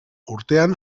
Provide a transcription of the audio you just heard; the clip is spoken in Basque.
urtean